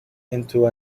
into